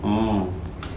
oh